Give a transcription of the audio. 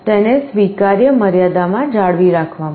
તેને સ્વીકાર્ય મર્યાદામાં જાળવી રાખવા માટે